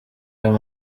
ayo